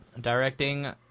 Directing